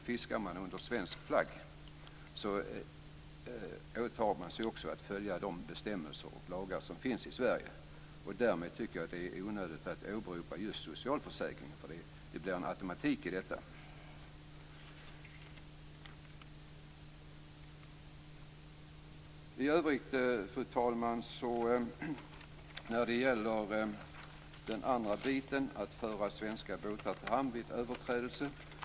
Fiskar man under svensk flagg åtar man sig också att följa de bestämmelser och lagar som finns i Sverige. Därmed tycker jag att det är onödigt att åberopa just socialförsäkringen. Det blir en automatik i detta. Fru talman! Den andra delen gäller att föra svenska båtar till hamn vid överträdelser.